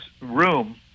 room